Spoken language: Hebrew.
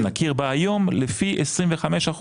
נכיר בה היום לפי 25%,